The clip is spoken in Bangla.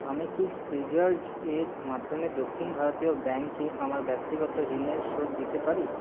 আমি কি ফ্রিচার্জ এর মাধ্যমে দক্ষিণ ভারতীয় ব্যাংকে আমার ব্যক্তিগত ঋণের শোধ দিতে পারি